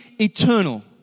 eternal